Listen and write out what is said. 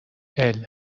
الروز